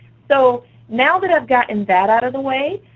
so now that i've gotten that out of the way,